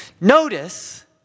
Notice